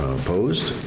opposed?